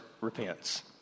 repents